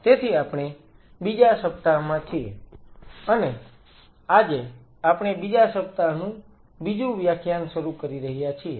તેથી આપણે બીજા સપ્તાહમાં છીએ અને આજે આપણે બીજા સપ્તાહનું બીજું વ્યાખ્યાન શરૂ કરી રહ્યા છીએ